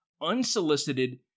unsolicited